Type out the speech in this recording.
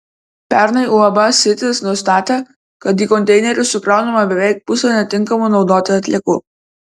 pernai uab sitis nustatė kad į konteinerius sukraunama beveik pusė netinkamų naudoti atliekų